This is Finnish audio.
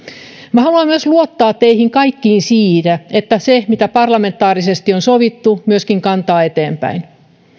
minä haluan myös luottaa teihin kaikkiin siinä että se mitä parlamentaarisesti on sovittu myöskin kantaa eteenpäin